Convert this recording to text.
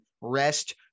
rest